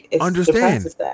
understand